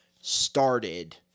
started